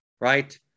right